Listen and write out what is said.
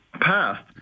passed